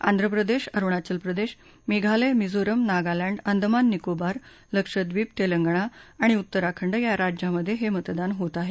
आंध्र प्रदेश अरुणाचल प्रदेश मेघालय मिझोरम नागालँड अंदमान निकोबार लक्षद्वीप तेलंगणा आणि उत्तराखंड या राज्यांमध्ये हे मतदान होत आहे